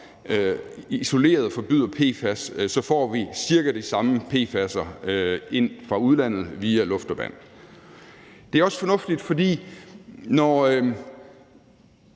isoleret forbyder PFAS, får vi cirka de samme PFAS'er ind fra udlandet via luft og vand. Det er også fornuftigt, for når